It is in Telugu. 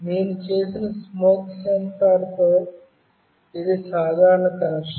నేను చేసిన స్మోక్ సెన్సార్తో ఇది సాధారణ కనెక్షన్